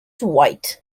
white